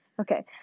Okay